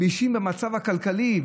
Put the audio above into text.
האשים במצב הכלכלי.